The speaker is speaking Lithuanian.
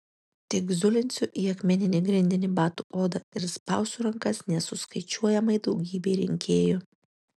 tik zulinsiu į akmeninį grindinį batų odą ir spausiu rankas nesuskaičiuojamai daugybei rinkėjų